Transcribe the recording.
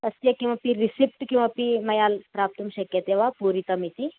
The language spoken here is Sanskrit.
तस्य किमपि रिसिप्ट् किमपि मया ल् प्राप्तुं शक्यते वा पूरितम् इति